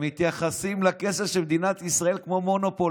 הם מתייחסים לכסף של מדינת ישראל כמו למונופול.